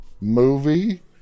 movie